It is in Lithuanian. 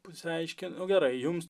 pasiaiškint nu gerai jums